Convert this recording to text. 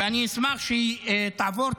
ואני אשמח שהיא תעבור.